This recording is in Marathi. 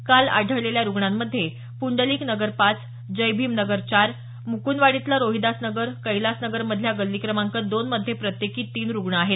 काल आढळलेल्या रुग्णांमध्ये पुंडलिक नगर पाच जयभीम नगर चार मुकुंदवाडीतलं रोहीदास नगर कैलास नगरमधल्या गल्ली क्रमांक दोन मध्ये प्रत्येकी तीन रुग्ण आहेत